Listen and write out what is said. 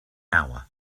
hour